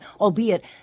Albeit